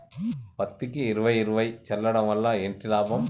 పత్తికి ఇరవై ఇరవై చల్లడం వల్ల ఏంటి లాభం?